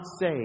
say